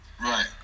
Right